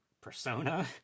persona